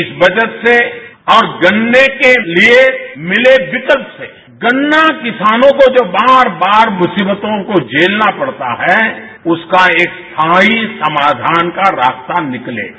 इस बचत से और गन्ने के लिए मिले विकल्प से गन्ना किसानोंको जो बार बार मुसीबतों को झेलना पड़ता है उसका एक स्थायी समाधान का रास्ता निकलेगा